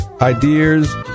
ideas